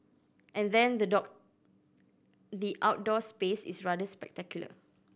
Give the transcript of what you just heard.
and then the dog the outdoor space is rather spectacular